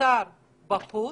מותר בחוץ,